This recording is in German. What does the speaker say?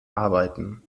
arbeiten